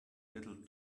little